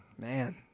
Man